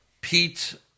Pete